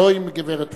לא עם גברת וילף.